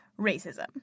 racism